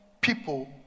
people